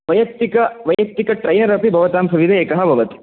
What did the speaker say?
वैयक्तिक वैयक्तिक ट्रैनर् अपि भवतां समीपे एकः भवति